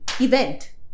event